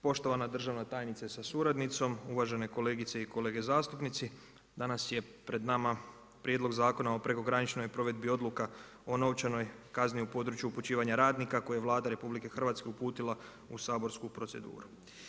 Poštovana državna tajnice sa suradnicom, uvažene kolegice i kolege zastupnici, danas je pred nama prijedloga Zakona o prekograničnoj provedbi odluka o novčanoj kazni u području upućivanju radnika, koje Vlada RH, uputila u saborsku proceduru.